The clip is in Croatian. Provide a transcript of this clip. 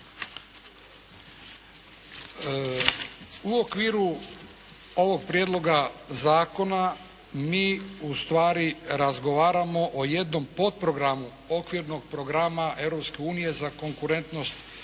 U okviru ovog prijedloga zakona mi u stvari razgovaramo o jednom potprogramu okvirnog programa Europske unije za konkurentnost